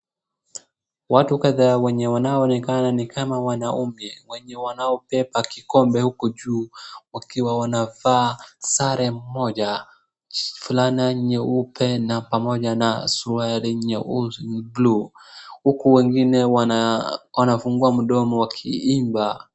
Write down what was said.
Watu kadhaa wenye wanaonekana ni kama wanaume wenye wanaobeba kikombe huku juu wakiwa wanavaa sare moja, fulana nyeupe na pamoja na suruali blue huku wengine wanafungua mdomo wakiimba.